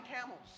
camels